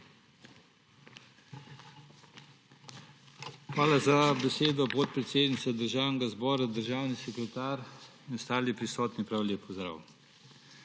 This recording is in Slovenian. Hvala za besedo, podpredsednica Državnega zbora. Državni sekretar in ostali prisotni, prav lep pozdrav!